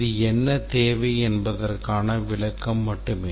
இது என்ன தேவை என்பதற்கான விளக்கம் மட்டுமே